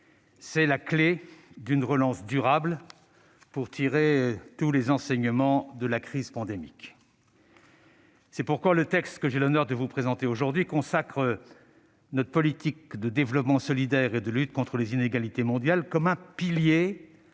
C'est la clé d'une relance durable, pour tirer tous les enseignements de la crise pandémique. C'est pourquoi le texte que j'ai l'honneur de vous présenter aujourd'hui consacre notre politique de développement solidaire et de lutte contre les inégalités mondiales comme un pilier